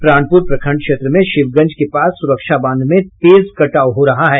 प्राणपुर प्रखंड क्षेत्र में शिवगंज के पास सुरक्षा बांध में तेज कटाव हो रहा है